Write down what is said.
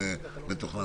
ניגש להסתייגויות.